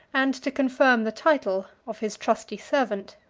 and to confirm the title, of his trusty servant.